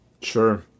Sure